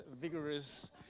vigorous